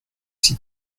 six